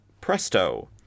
Presto